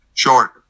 Short